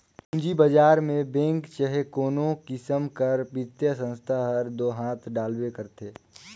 पूंजी बजार में बेंक चहे कोनो किसिम कर बित्तीय संस्था मन हर दो हांथ डालबे करथे